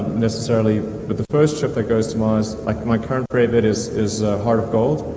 necessarily, but the first trip that goes to mars, like my current favorite is is heart of gold,